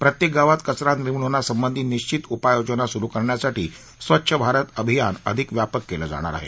प्रत्येक गावात कचरा निर्मूलनासंबंधी निश्वित उपाययोजना सुरु करण्यासाठी स्वच्छ भारत अभियान अधिक व्यापक केलं जाणार आहे